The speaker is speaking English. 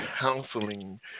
counseling